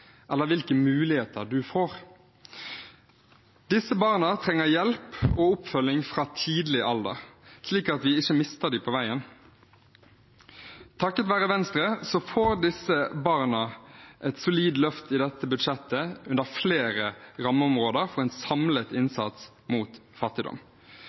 eller hvilke muligheter man får. Disse barna trenger hjelp og oppfølging fra tidlig alder, slik at vi ikke mister dem på veien. Takket være Venstre får disse barna et solid løft i dette budsjettet, under flere rammeområder, for en samlet innsats mot fattigdom.